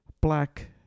black